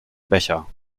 becher